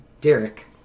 Derek